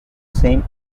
same